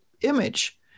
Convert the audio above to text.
image